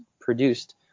produced